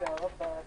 תודה רבה.